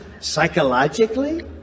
psychologically